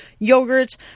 yogurts